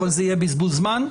אבל זה יהיה בזבוז זמן.